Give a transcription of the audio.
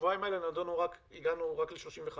בשבועיים האלה הגענו רק ל-36.